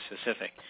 specific